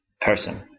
person